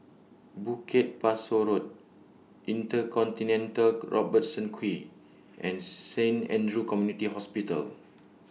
Bukit Pasoh Road InterContinental Robertson Quay and Saint Andrew's Community Hospital